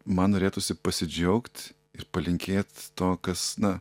man norėtųsi pasidžiaugt ir palinkėt to kas na